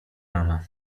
rana